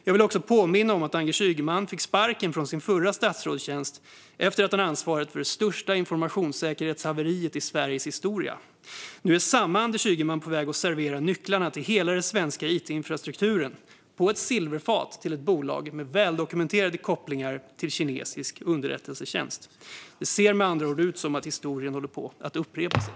Jag vill också påminna om att Anders Ygeman fick sparken från sin förra statsrådstjänst eftersom han ansvarat för det största informationssäkerhetshaveriet i Sveriges historia. Nu är samme Anders Ygeman på väg att servera nycklarna till hela den svenska it-infrastrukturen på ett silverfat till ett bolag med väldokumenterade kopplingar till kinesisk underrättelsetjänst. Det ser med andra ord ut som om historien håller på att upprepa sig.